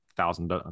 thousand